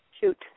shoot